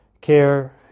care